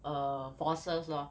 err forces lor